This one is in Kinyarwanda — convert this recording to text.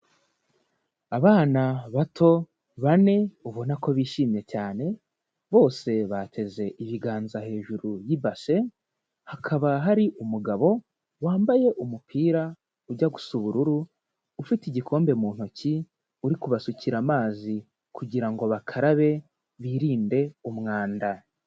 Abana bato bane ubona ko bishimye cyane, bose bateze ibiganza hejuru y'ibase, hakaba hari umugabo wambaye umupira ujya gusa ubururu, ufite igikombe mu ntoki, uri kubasukira amazi kugira ngo bakarabe, birinde umwanda.